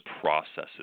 processes